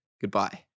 goodbye